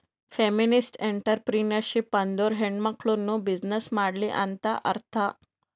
feminist entrepreneurship ಅಂದುರ್ ಹೆಣ್ಮಕುಳ್ನೂ business ಮಾಡ್ಲಿ ಅಂತ್ ಅರ್ಥಾ